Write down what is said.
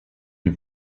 die